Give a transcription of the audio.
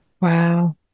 wow